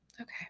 Okay